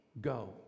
go